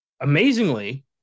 amazingly